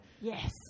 Yes